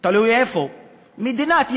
תלוי איפה, מדינת ישראל,